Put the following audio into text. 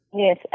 Yes